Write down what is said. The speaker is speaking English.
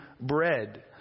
bread